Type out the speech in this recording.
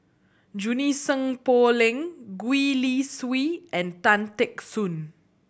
Junie Sng Poh Leng Gwee Li Sui and Tan Teck Soon